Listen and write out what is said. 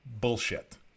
bullshit